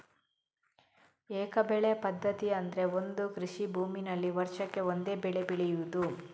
ಏಕ ಬೆಳೆ ಪದ್ಧತಿ ಅಂದ್ರೆ ಒಂದು ಕೃಷಿ ಭೂಮಿನಲ್ಲಿ ವರ್ಷಕ್ಕೆ ಒಂದೇ ಬೆಳೆ ಬೆಳೆಯುದು